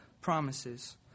promises